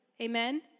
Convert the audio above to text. Amen